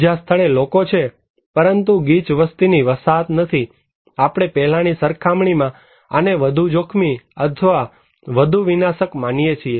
બીજા સ્થળે લોકો છે પરંતુ ગીચ વસ્તીની વસાહત નથી આપણે પહેલાની સરખામણીમાં આને વધુ જોખમી અથવા વધુ વિનાશક માનીએ છીએ